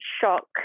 shock